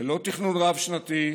ללא תכנון רב-שנתי,